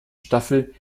staffel